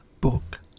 book